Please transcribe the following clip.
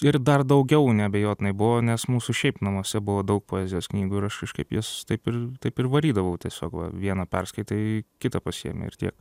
ir dar daugiau neabejotinai buvo nes mūsų šiaip namuose buvo daug poezijos knygų ir aš kažkaip jas taip ir taip ir varydavau tiesiog va vieną perskaitai kitą pasiėmi ir tiek